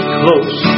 close